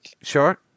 Sure